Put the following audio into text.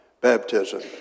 baptism